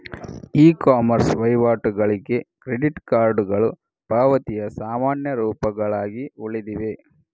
E commerce ವಹಿವಾಟುಗಳಿಗೆ credit ಕಾರ್ಡುಗಳು ಪಾವತಿಯ ಸಾಮಾನ್ಯ ರೂಪಗಳಾಗಿ ಉಳಿದಿವೆ